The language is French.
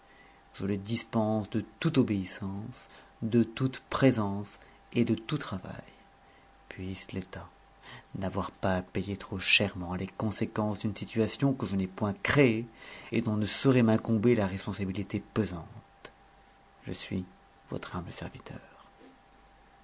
je le dispense de toute obéissance de toute présence et de tout travail puisse l'état n'avoir pas à payer trop chèrement les conséquences d'une situation que je n'ai point créée et dont ne saurait m'incomber la responsabilité pesante je suis votre humble serviteur